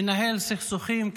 מנהל סכסוכים,